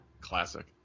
classic